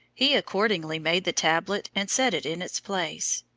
he accordingly made the tablet and set it in its place.